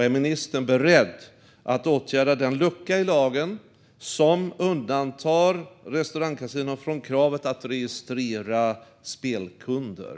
Är ministern beredd att åtgärda den lucka i lagen som undantar restaurangkasinon från kravet att registrera spelkunder?